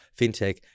FinTech